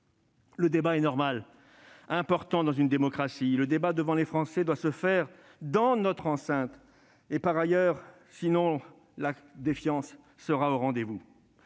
Le débat est normal, important dans une démocratie. Le débat devant les Français doit se faire dans notre enceinte et pas ailleurs. Sinon, la défiance sera au rendez-vous.